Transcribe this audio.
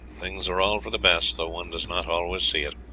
things are all for the best, though one does not always see it.